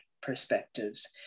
perspectives